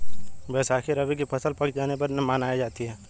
बैसाखी रबी की फ़सल पक जाने पर मनायी जाती है